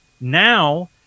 Now